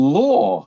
law